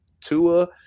Tua